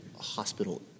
hospital